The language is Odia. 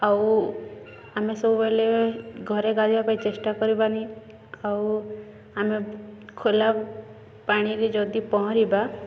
ଆଉ ଆମେ ସବୁବେଳେ ଘରେ ଗାଧେଇବା ପାଇଁ ଚେଷ୍ଟା କରିବାନି ଆଉ ଆମେ ଖୋଲା ପାଣିରେ ଯଦି ପହଁରିବା